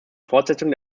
fortsetzung